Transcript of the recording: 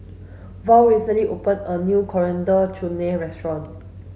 Val recently opened a new Coriander Chutney restaurant